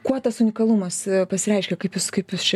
kuo tas unikalumas pasireiškia kaip jis kaip jis čia